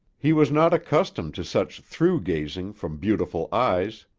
he was not accustomed to such through-gazing from beautiful eyes,